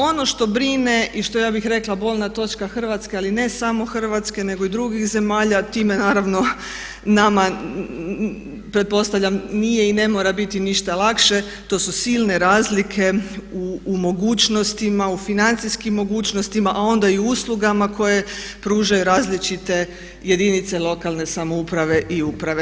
Ono što brine i što je ja bih rekla bolna točka Hrvatske ali ne samo Hrvatske nego i drugih zemalja, time naravno nama pretpostavljam nije i ne mora biti ništa lakše, to su silne razlike u mogućnostima, u financijskim mogućnostima a onda i u uslugama koje pružaju različite jedinice lokalne samouprave i uprave.